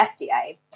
FDA